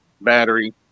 battery